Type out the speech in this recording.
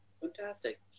fantastic